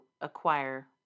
acquire